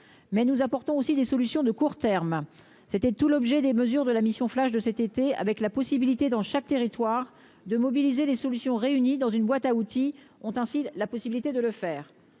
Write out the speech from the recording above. mais nous apportons aussi des solutions de court terme, c'était tout l'objet des mesures de la mission flash de cet été, avec la possibilité, dans chaque territoire de mobiliser les solutions réunis dans une boîte à outils ont ainsi la possibilité de le faire